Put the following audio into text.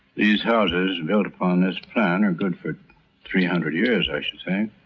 these houses built upon this plan are good for three hundred years i should think.